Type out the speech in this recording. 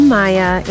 Maya